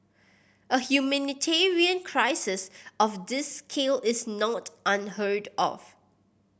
a humanitarian crisis of this scale is not unheard of